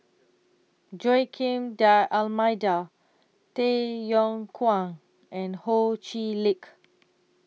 Joaquim D'almeida Tay Yong Kwang and Ho Chee Lick